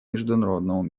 международному